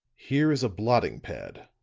here is a blotting pad,